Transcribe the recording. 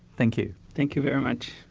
thank you. thank you very much.